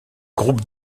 groupe